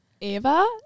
Eva